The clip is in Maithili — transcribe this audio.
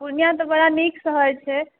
पुर्णिया तऽ बड़ा नीक शहर छै